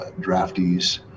draftees